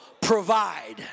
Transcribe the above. provide